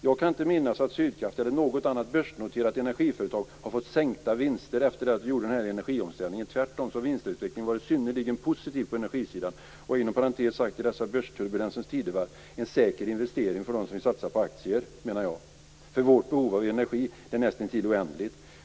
Jag kan inte minnas att Sydkraft eller något annat börsnoterat energiföretag har fått sänkta vinster efter att denna energiomställning har gjorts. Tvärtom har vinstutvecklingen varit synnerligen positiv på energisidan. Inom parentes kan jag i dessa börsturbulensens tidevarv säga att detta är en säker investering för dem som vill satsa på aktier. Vårt behov av energi är nämligen nästintill oändligt.